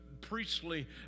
priestly